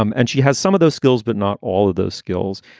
um and she has some of those skills, but not all of those skills.